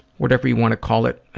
whatever you want to call it,